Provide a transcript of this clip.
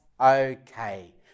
okay